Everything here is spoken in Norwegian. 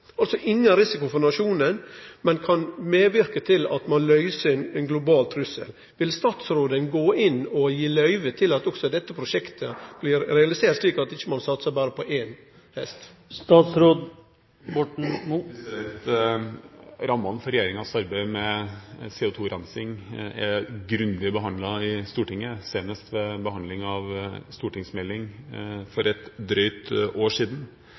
altså ingen risiko for nasjonen, men noko som kan medverke til at ein kan løyse ein global trussel. Vil statsråden gå inn og gi løyve til at også dette prosjektet blir realisert, slik at ein ikkje berre satsar på ein hest? Rammene for regjeringens arbeid med CO2-rensing er grundig behandlet i Stortinget, senest ved behandling av en stortingsmelding for et drøyt år